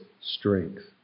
strength